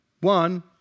One